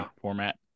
format